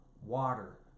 water